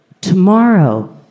tomorrow